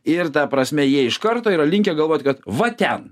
ir ta prasme jie iš karto yra linkę galvoti kad va ten